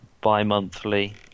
bi-monthly